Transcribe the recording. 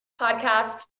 podcast